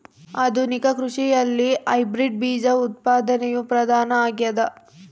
ಆಧುನಿಕ ಕೃಷಿಯಲ್ಲಿ ಹೈಬ್ರಿಡ್ ಬೇಜ ಉತ್ಪಾದನೆಯು ಪ್ರಧಾನ ಆಗ್ಯದ